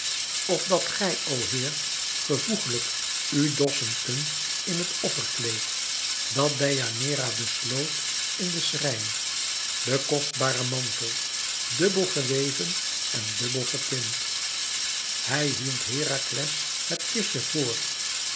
opdat gij o heer gevoeglijk u dossen kunt in het offerkleed dat deianeira besloot in den schrijn de kostbare mantel dubbel geweven en dubbel getint hij hield herakles het kistje voor